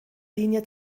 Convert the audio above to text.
linie